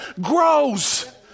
grows